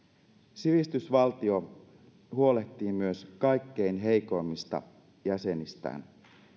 sivistysvaltio huolehtii myös kaikkein heikoimmista jäsenistään